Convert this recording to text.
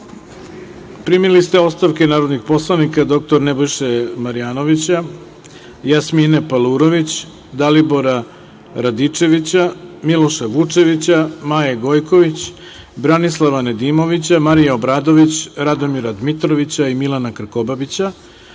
primili ste ostavke narodnih poslanika dr Nebojše Marjanovića, Jasmine Palurović, Dalibora Radičevića, Miloša Vučevića, Maje Gojković, Branislava Nedimovića, Marije Obradović, Radomira Dmitrovića i Milana Krkobabića